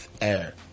air